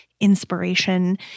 inspiration